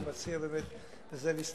אני מציע באמת בזה להסתפק,